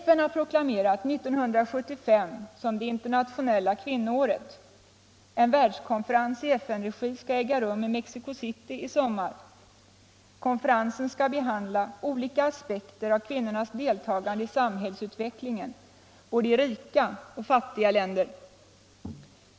FN har proklamerat 1975 som det internationella kvinnoåret. En världskonferens i FN-regi skall äga rum i Mexico City i sommar. Konferensen skall behandla olika aspekter av kvinnornas deltagande i samhällsutvecklingen, både i rika och i fattiga länder.